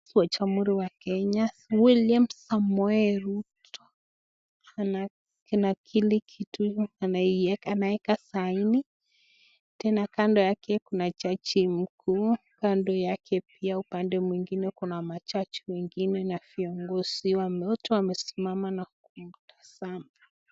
RAis wa jamhuri ya Kenya William Samoi Ruto ananakili kitu anaeka saini, tean kando yake kuna jaji mkuu, kando yake pia upande mwingine kuna majaji wengine na viongozi, wote wamesimama na kumtazama.